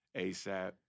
ASAP